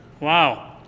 Wow